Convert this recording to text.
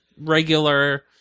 regular